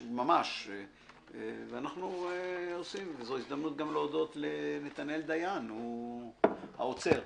זו ההזדמנות להודות לדניאל דיין שהוא האוצר.